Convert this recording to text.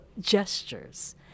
gestures